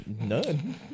None